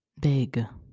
big